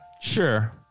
Sure